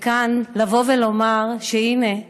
ולבוא ולומר כאן שהינה,